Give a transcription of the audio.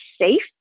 safe